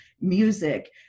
music